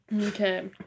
Okay